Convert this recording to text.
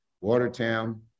Watertown